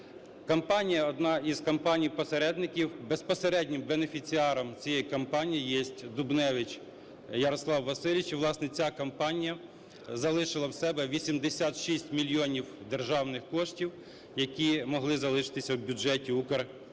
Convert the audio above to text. Компанія, одна із компаній-посередників, безпосереднім бенефіціаром цієї компанії є Дубневич Ярослав Васильович, і, власне, ця компанія залишила у себе 86 мільйонів державних коштів, які могли залишитися в бюджеті "Укрзалізниці".